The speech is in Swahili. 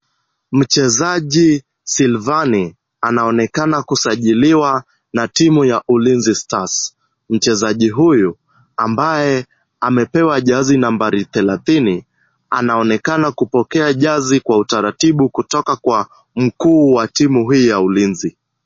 Mchezaji Sylvaine anaonekana kusajiliwa na timu ya Ulinzi Stars. Mchezaji huyu ambaye amepewa jezi nambari thelathini, anaonekana kupokea jezi kwa utaratibu, kutoka kwa mkuu wa timu hii ya Ulinzi.